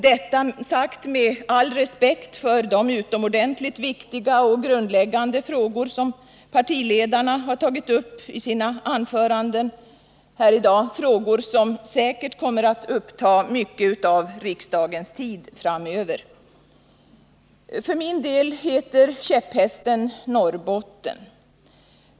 Detta sagt med all respekt för de utomordentligt viktiga och grundläggande frågor som partiledarna tagit uppi sina anföranden här i dag, frågor som säkert kommer att uppta mycket av riksdagens tid framöver. För min del heter käpphästen Norrbotten.